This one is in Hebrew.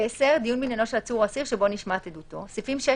"דיון בעניינו של עצור או אסיר שבו נשמעת עדותו 10.סעיפים 6